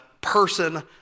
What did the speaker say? person